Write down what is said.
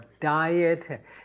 diet